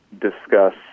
discuss